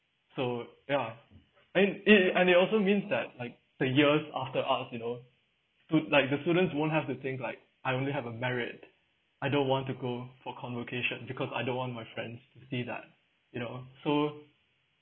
so ya and it and it also means that like the years after us you know to like the students won't have to think like I only have a merit I don't want to go for convocation because I don't want my friends to see that you know so